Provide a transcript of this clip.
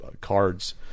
cards